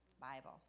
Bible